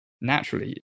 naturally